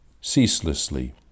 ceaselessly